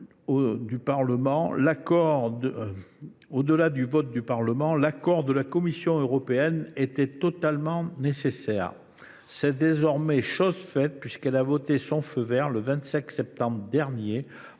en plus du vote du Parlement, l’accord de la Commission européenne était nécessaire. C’est désormais chose faite, puisque celle ci a donné son feu vert le 25 septembre dernier